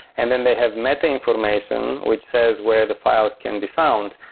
and then they have meta-information, which says where the files can be found.